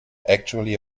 actually